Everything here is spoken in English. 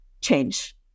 change